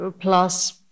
plus